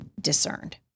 discerned